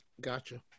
Gotcha